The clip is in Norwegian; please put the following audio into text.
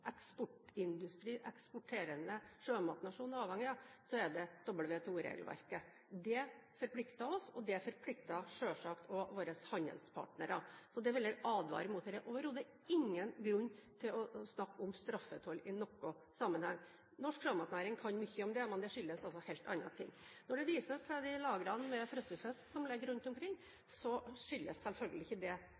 eksporterende sjømatnasjon, er avhengige av, så er det WTO-regelverket. Det forplikter oss, og det forplikter selvsagt også våre handelspartnere. Så det vil jeg advare mot her – det er overhodet ingen grunn til å snakke om straffetoll i noen sammenheng. Norsk sjømatnæring kan mye om det, men det skyldes altså helt andre ting. Når det vises til de lagrene med frossenfisk som ligger rundt omkring, skyldes selvfølgelig ikke det den tolldiskusjonen vi har i Norge i dag. Det